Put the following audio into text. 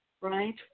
right